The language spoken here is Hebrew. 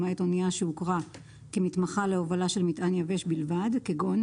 למעט אנייה שהוכרה כמתמחה להובלה של מטען יבש ובלבד כגון: